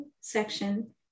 section